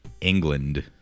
England